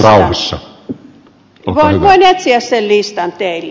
voin etsiä sen listan teille